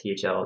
THL